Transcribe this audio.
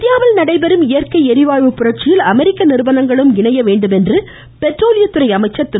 இந்தியாவில் நடைபெறும் இயற்கை எரிவாயு புரட்சியில் அமெரிக்க நிறுவனங்களும் இணைய வேண்டுமென்று பெட்ரோலியத்துறை அமைச்சர் திரு